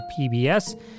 PBS